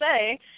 say